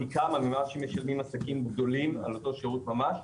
פי כמה ממה שמשלמים עסקים גדולים על אותו שירות ממש.